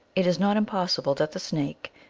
it is not im possible that the snake,